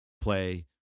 Play